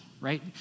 right